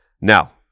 Now